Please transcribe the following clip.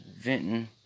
venting